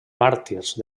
màrtirs